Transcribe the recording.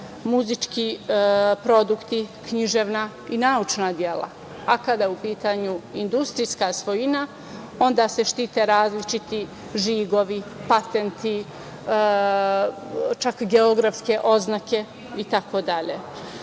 muzički produkti, književna i naučna dela, a kada je u pitanju industrijska svojina, onda se štite različiti žigovi, patenti, čak i geografske oznake